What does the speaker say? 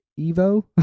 Evo